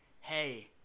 Hey